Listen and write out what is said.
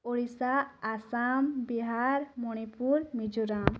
Odisha Assam Bihar Manipur Mizoram